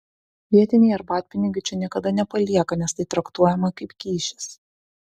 vietiniai arbatpinigių čia niekada nepalieka nes tai traktuojama kaip kyšis